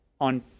on